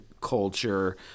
culture